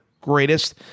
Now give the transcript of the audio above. greatest